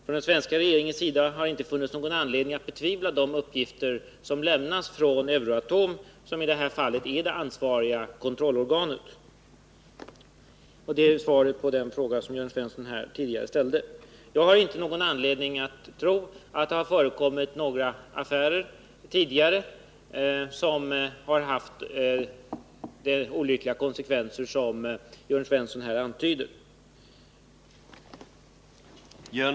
Från den svenska regeringens sida har det inte funnits någon anledning att betvivla de uppgifter som lämnats från Euratom, som i det här fallet är det ansvariga kontrollorganet. Detta var svaret på den fråga som Jörn Svensson tidigare ställde. Jag vill tillägga att jag inte har någon anledning att tro att det tidigare har förekommit några affärer som haft sådana olyckliga konsekvenser som Jörn Svensson här antyder.